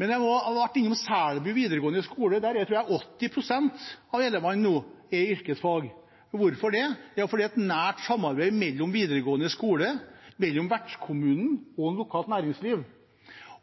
Jeg har vært innom Selbu videregående skole, og der tror jeg 80 pst. av elevene nå går på yrkesfag. Hvorfor det? Jo, det er fordi det er et nært samarbeid mellom videregående skole, vertskommunen og lokalt næringsliv,